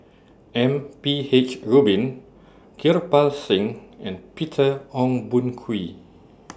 M P H Rubin Kirpal Singh and Peter Ong Boon Kwee